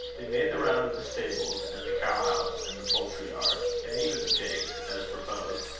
they made the round of the stables, and the cow-house, and the poultry-yard and even the pigs, as proposed,